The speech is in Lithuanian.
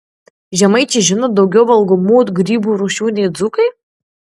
žemaičiai žino daugiau valgomų grybų rūšių nei dzūkai